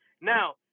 Now